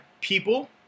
people